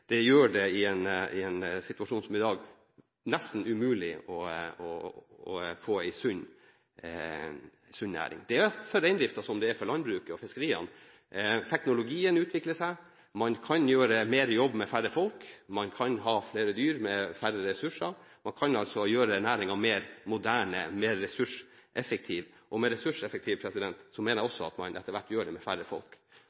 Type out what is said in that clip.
Det gjør det – i en situasjon som i dag – nesten umulig å få en sunn næring. Det er for reindriften som det er for landbruket og fiskeriene: Teknologien utvikler seg. Man kan gjøre mer jobb med færre folk. Man kan ha flere dyr med færre ressurser. Man kan altså gjøre næringen mer moderne, mer ressurseffektiv. Med ressurseffektiv mener jeg